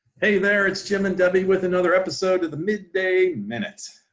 hey there, it's jim and debbie with another episode of the midday minute.